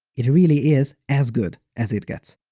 it really is as good as it gets.